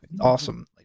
Awesome